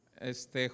Este